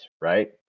right